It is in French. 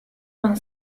vingt